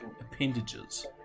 appendages